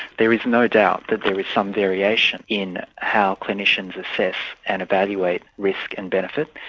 there is no doubt that there is some variation in how clinicians assess and evaluate risk and benefit,